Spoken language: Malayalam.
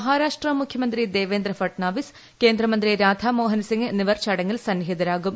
മഹാരാഷ്ട്ര മുഖ്യമന്ത്രി ദേവേന്ദ്ര ഫട്നാവിസ് കേന്ദ്രമന്ത്രി രാധാ മോഹൻ സിംഗ് എന്നിവർ ചടങ്ങിൽ സന്നിഹിതരാകും